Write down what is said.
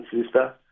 sister